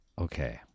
Okay